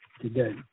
today